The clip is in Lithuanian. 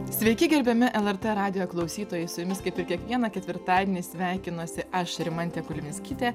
sveiki gerbiami lrt radijo klausytojai su jumis kaip ir kiekvieną ketvirtadienį sveikinuosi aš rimantė kulvinskytė